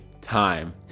time